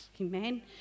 amen